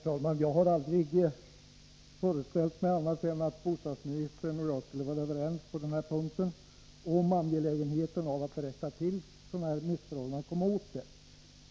Herr talman! Jag har aldrig föreställt mig annat än att bostadsministern och jag skulle vara överens om angelägenheten av att rätta till sådana här missförhållanden.